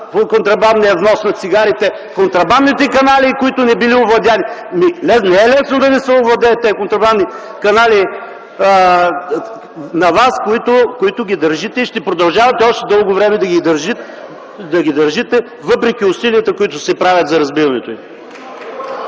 сто контрабанден внос на каналите, контрабандните канали, които не били овладени. Не е лесно да ви се овладеят тези контрабандни канали на вас, които ги държите и ще продължавате още дълго време да ги държите, въпреки усилията, които се правят за разбиването